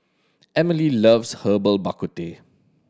Emilie loves Herbal Bak Ku Teh